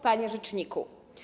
Panie Rzeczniku!